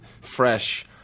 fresh